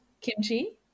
Kimchi